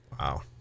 Wow